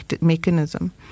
mechanism